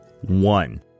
one